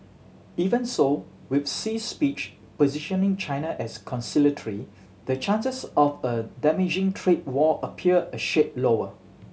even so with Xi's speech positioning China as conciliatory the chances of a damaging trade war appear a shade lower